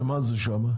שמה זה שם?